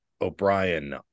O'Brien